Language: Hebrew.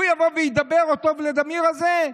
הוא יבוא וידבר, אותו ולדימיר הזה?